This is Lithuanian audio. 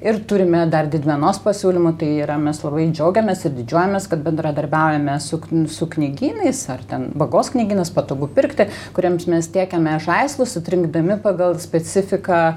ir turime dar didmenos pasiūlymų tai yra mes labai džiaugiamės ir didžiuojamės kad bendradarbiaujame su kny knygynais ar ten vagos knygynas patogu pirkti kuriems mes tiekiame žaislus atrinkdami pagal specifiką